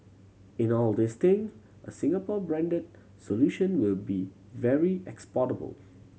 in all these thing a Singapore branded solution will be very exportable